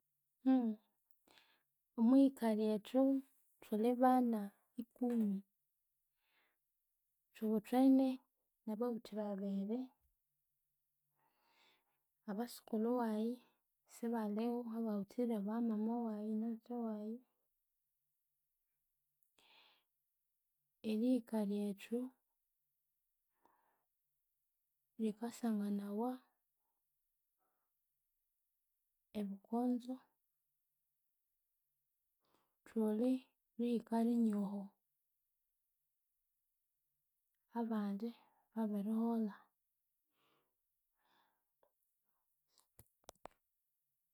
omwihika ryethu thulibana ikumi. Thubuthene nababuthi babiri. Abasukulhu wayi sibalihu ababuthire abamama wayi nathatha wayi. Erihika ryethu rikasanganawa e bukonzo. Thuli rihika rinyoho. Abandi babiriholha